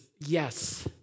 yes